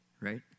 Right